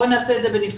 בואי נעשה את זה בנפרד.